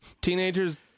teenagers